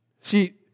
See